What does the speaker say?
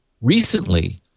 Recently